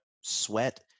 sweat